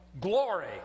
glory